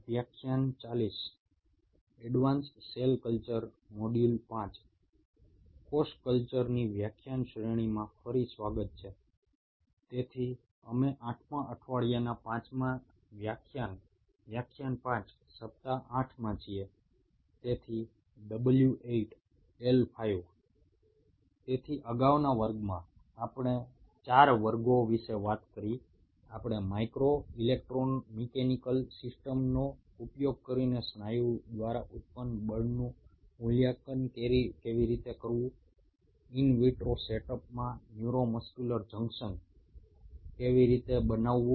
আগের চারটি ক্লাসে কিভাবে মাইক্রো ইলেক্ট্রোমেকানিকাল সিস্টেম ব্যবহার করে উৎপন্ন ফোর্সকে পরিমাপ করা যায় কিভাবে বাইরে অর্থাৎ একটি ইনভিট্রো সেটআপে নিউরোমাসকুলার জাংশন তৈরি করা যায় ইত্যাদি সম্পর্কে আলোচনা করেছিলাম